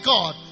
God